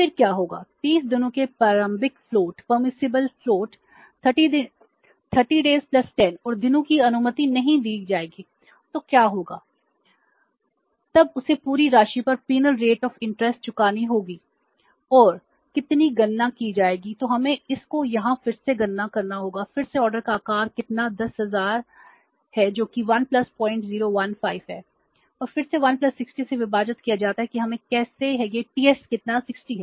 फिर क्या होगा 30 दिनों के प्रारंभिक फ्लोट का आकार कितना 10000 है जो कि 1 0015 है और फिर से 1 60 से विभाजित किया जाता है कि हम कैसे हैं ts कितना 60 है